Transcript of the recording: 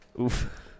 Oof